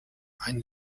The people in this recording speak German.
eine